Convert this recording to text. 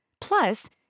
Plus